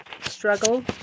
struggle